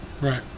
right